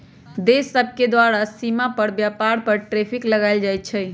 देश सभके द्वारा सीमा पार व्यापार पर टैरिफ लगायल जाइ छइ